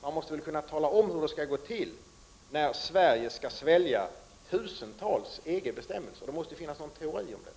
Nog måste man kunna tala om hur det skall gå till, när Sverige skall svälja tusentals EG bestämmelser — det måste ju finnas någon teori om det.